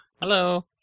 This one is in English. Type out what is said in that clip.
Hello